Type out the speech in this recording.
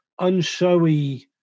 unshowy